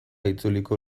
itzuliko